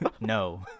No